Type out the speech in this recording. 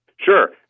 Sure